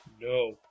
No